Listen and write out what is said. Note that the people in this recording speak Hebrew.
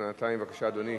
בינתיים, בבקשה, אדוני.